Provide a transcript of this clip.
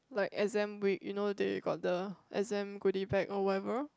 like exam week you know they got the exam goodie bag or whatever